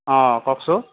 অঁ কওকচোন